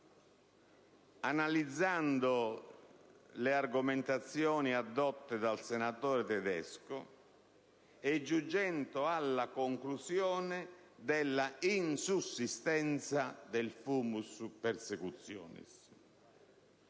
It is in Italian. analizzando le argomentazioni addotte dal senatore Tedesco e giungendo alla conclusione dell'insussistenza del *fumus* *persecutionis*.